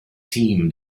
team